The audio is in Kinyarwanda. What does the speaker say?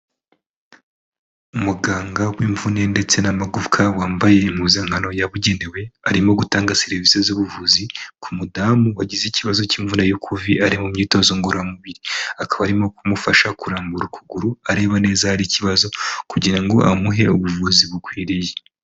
Umuganga w'imvune ndetse n'amagufwa wambaye impuzankano yabugenewe, arimo gutanga serivisi z'ubuvuzi ku mudamu wagize ikibazo cy'imvune kuvi ari mu myitozo ngororamubiri, akaba arimo kumufasha kurambura ukuguru, areba neza ahari ikibazo kugira ngo amuhe ubuvuzi bukwiriye.